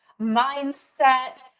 mindset